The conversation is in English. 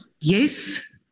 yes